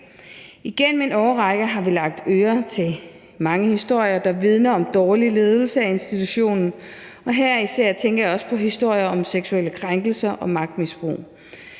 Gennem en årrække har vi lagt øre til mange historier, der vidner om dårlig ledelse af institutionen, og her tænker jeg også især på historier om seksuelle krænkelser og magtmisbrug.